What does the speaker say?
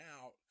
out